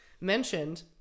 mentioned